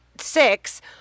six –